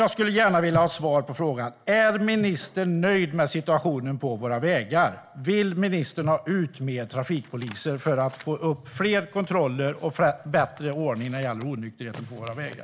Jag skulle gärna vilja ha svar på frågan: Är ministern nöjd med situationen på våra vägar, och vill ministern få ut fler trafikpoliser för att få fler kontroller och få bättre ordning när det gäller onykterheten på våra vägar?